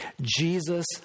Jesus